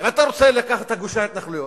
אם אתה רוצה לקחת את גושי ההתנחלויות,